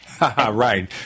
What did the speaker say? Right